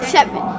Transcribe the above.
Seven